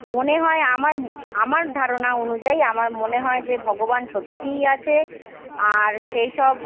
মনে হয় আমার আমার ধারণা অনুযায়ী আমার মনে হয় যে ভগবান সত্যিই আছে আর সেই সব